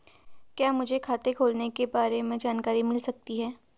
क्या मुझे खाते खोलने के बारे में जानकारी मिल सकती है?